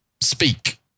speak